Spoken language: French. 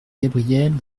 gabrielle